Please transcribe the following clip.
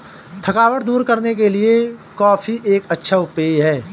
थकावट दूर करने के लिए कॉफी एक अच्छा पेय है